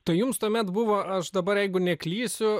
tai jums tuomet buvo aš dabar jeigu neklysiu